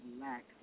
lack